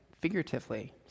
figuratively